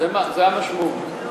זאת המשמעות.